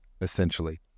essentially